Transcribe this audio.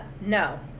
no